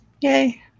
Yay